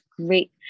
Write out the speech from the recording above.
great